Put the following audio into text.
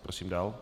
Prosím dál.